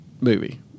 movie